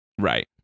Right